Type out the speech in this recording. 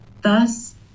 Thus